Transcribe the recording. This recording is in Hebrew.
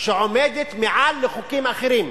שעומדת מעל חוקים אחרים.